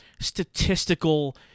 statistical